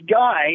guy